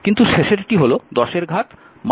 কিন্তু শেষেরটি হল 10 এর ঘাত 18